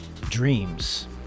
Dreams